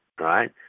right